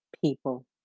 people